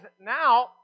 now